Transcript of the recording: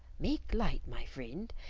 make light, my friend,